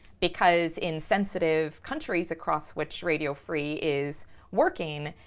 because in sensitive countries across which radio free is working,